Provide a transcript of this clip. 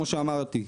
כמו שאמרתי,